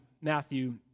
Matthew